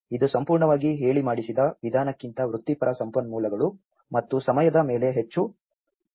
ಇದು ಸಂಪೂರ್ಣವಾಗಿ ಹೇಳಿಮಾಡಿಸಿದ ವಿಧಾನಕ್ಕಿಂತ ವೃತ್ತಿಪರ ಸಂಪನ್ಮೂಲಗಳು ಮತ್ತು ಸಮಯದ ಮೇಲೆ ಹೆಚ್ಚು ಹಗುರವಾಗಿರುತ್ತದೆ